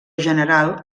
general